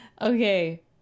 Okay